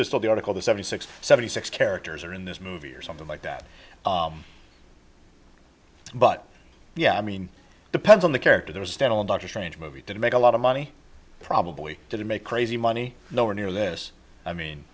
there's still the article the seventy six seventy six characters are in this movie or something like that but yeah i mean depends on the character there was a standalone dr strange movie didn't make a lot of money probably didn't make crazy money nowhere near this i mean